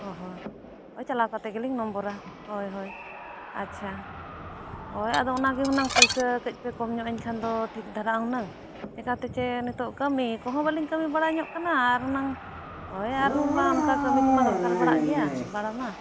ᱚᱼᱦᱚᱸ ᱦᱳᱭ ᱪᱟᱞᱟᱣ ᱠᱟᱛᱮ ᱜᱮᱞᱤᱝ ᱱᱚᱢᱵᱚᱨᱟ ᱦᱳᱭ ᱦᱳᱭ ᱟᱪᱪᱷᱟ ᱦᱳᱭ ᱟᱫᱚ ᱚᱱᱟᱜᱮ ᱦᱩᱱᱟᱹᱝ ᱯᱩᱭᱥᱟᱹ ᱠᱟᱹᱡ ᱯᱮ ᱠᱚᱢ ᱧᱚᱜ ᱟᱹᱧ ᱠᱷᱟᱱ ᱫᱚ ᱴᱷᱤᱠ ᱫᱷᱟᱨᱟ ᱦᱩᱱᱟᱹᱝ ᱪᱤᱠᱟᱹᱛᱮ ᱪᱮ ᱱᱤᱛᱚᱜ ᱠᱟᱹᱢᱤ ᱠᱚᱦᱚᱸ ᱵᱟᱞᱤᱧ ᱠᱟᱹᱢᱤ ᱵᱟᱲᱟ ᱧᱚᱜ ᱠᱟᱱᱟ ᱟᱨ ᱱᱟᱝ ᱦᱳᱭ ᱟᱨ ᱚᱱᱠᱟ ᱠᱟᱹᱢᱤ ᱠᱚᱢᱟ ᱫᱚᱨᱠᱟᱨ ᱵᱟᱲᱟᱜ ᱜᱮᱭᱟ ᱵᱟᱝᱢᱟ